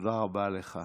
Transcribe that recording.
תודה רבה לך.